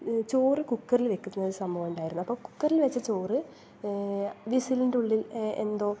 ചോറ് കുക്കറിൽ വയ്ക്കുന്നൊരു സംഭവം ഉണ്ടായിരുന്നു അപ്പം കുക്കറിൽ വച്ച ചോറ് വിസിലിൻ്റെ ഉള്ളിൽ എന്തോ